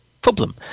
problem